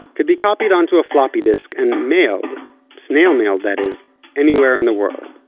could be copied onto a floppy disk and mailed snail mailed, that is anywhere in the world.